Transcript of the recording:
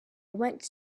went